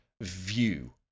view